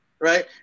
Right